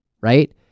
right